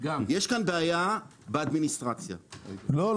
יש בעיה באדמיניסטרציה --- לא,